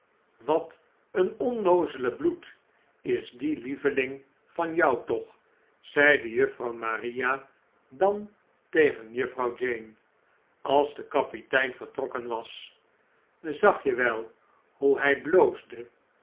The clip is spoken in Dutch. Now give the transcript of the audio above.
wat een onnoozele bloed is die lieveling van jou toch zeide juffrouw maria dan tegen juffrouw jane als de kapitein vertrokken was zag je wel hoe hij bloosde